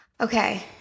Okay